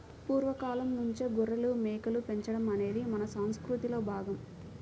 పూర్వ కాలంనుంచే గొర్రెలు, మేకలు పెంచడం అనేది మన సంసృతిలో భాగం